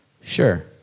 Sure